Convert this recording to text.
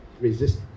resist